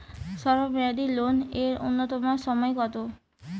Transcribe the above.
স্বল্প মেয়াদী লোন এর নূন্যতম সময় কতো?